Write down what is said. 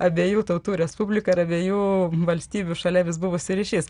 abiejų tautų respublika ir abiejų valstybių šalia vis buvusių ryšys